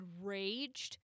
enraged